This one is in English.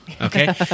Okay